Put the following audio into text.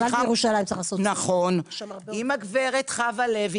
עם הגב' חוה לוי,